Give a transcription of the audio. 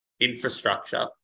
infrastructure